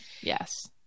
Yes